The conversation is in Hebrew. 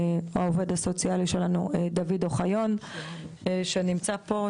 העובד הסוציאלי שלנו דוד אוחיון שנמצא פה.